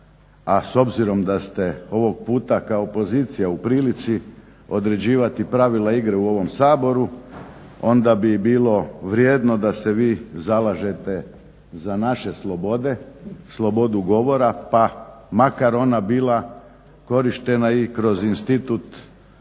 A s obzirom da ste ovog puta kao pozicija u prilici određivati pravila igre u ovom Saboru, onda bi bilo vrijedno da se vi zalažete za naše slobode, slobodu govora, pa makar ona bila korištena i kroz institut